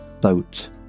boat